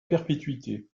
perpétuité